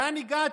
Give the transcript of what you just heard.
לאן הגעתם?